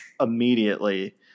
immediately